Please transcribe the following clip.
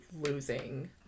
losing